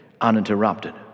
uninterrupted